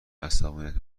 عصبانیت